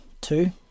two